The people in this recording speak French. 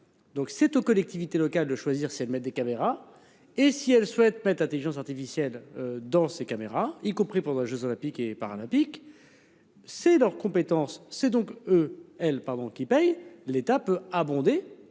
Donc c'est aux collectivités locales de choisir si elles mettent des caméras et si elle souhaite mettre Intelligence artificielle. Dans ces caméras y compris pour les Jeux olympiques et paralympiques. C'est leur compétence c'est donc eux L pardon qui paye l'étape abonder